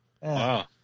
Wow